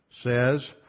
says